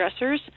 stressors